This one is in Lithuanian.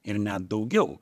ir net daugiau